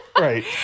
right